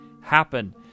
happen